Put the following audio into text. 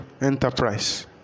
enterprise